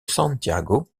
santiago